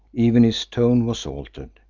even his tone was altered.